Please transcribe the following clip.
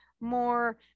more